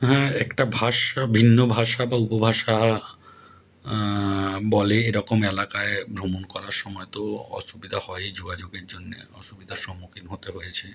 হ্যাঁ একটা ভাষা ভিন্ন ভাষা বা উপভাষা বলে এরকম এলাকায় ভ্রমণ করার সময় তো অসুবিধা হয় যোগাযোগের জন্যে অসুবিধার সম্মুখীন হতে হয়েছে